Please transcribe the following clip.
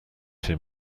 him